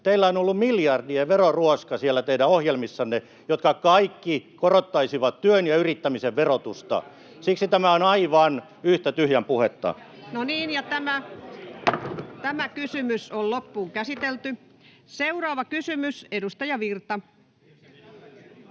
Teillä on ollut miljardien veroruoska siellä teidän ohjelmissanne, jotka kaikki korottaisivat työn ja yrittämisen verotusta. Siksi tämä on aivan yhtä tyhjän puhetta. [Välihuutoja — Perussuomalaisten ryhmästä: Erinomainen vastaus!] Seuraava kysymys, edustaja Virta.